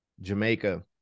Jamaica